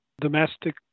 domestic